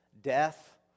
death